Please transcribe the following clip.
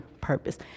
purpose